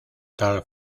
tal